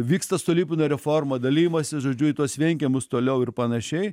vyksta stolypino reform dalijimąsi žodžiuį tuos vienkiemius toliau ir panašiai